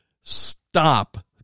stop